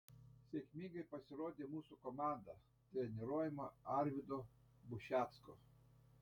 sėkmingai pasirodė mūsų komanda treniruojama arvydo bušecko